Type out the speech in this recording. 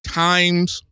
times